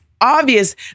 obvious